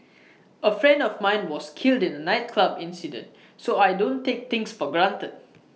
A friend of mine was killed in A nightclub incident so I don't take things for granted